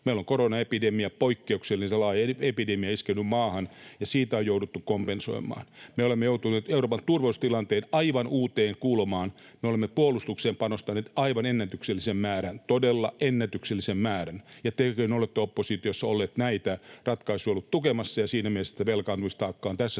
Meillä on koronaepidemia, poikkeuksellisen laaja epidemia, iskenyt maahan, ja sitä on jouduttu kompensoimaan. Me olemme joutuneet Euroopan turvallisuustilanteessa aivan uuteen kulmaan, ja olemme puolustukseen panostaneet aivan ennätyksellisen määrän, todella ennätyksellisen määrän. Te olette oppositiossa olleet näitä ratkaisuja tukemassa, ja siinä mielessä velkaantumistaakka on tässä suhteessa